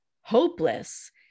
hopeless